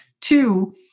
Two